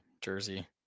jersey